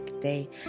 day